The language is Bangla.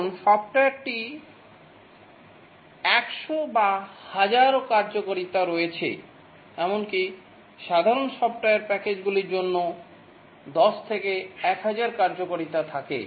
এখন সফ্টওয়্যারটির 100 বা 1000 কার্যকারিতা রয়েছে এমনকি সাধারণ সফ্টওয়্যার প্যাকেজগুলির জন্যও 10 থেকে 1000 কার্যকারিতা থাকে